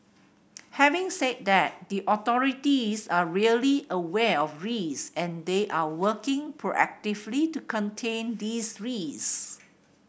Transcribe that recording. having said that the authorities are really aware of risk and they are working proactively to contain these risk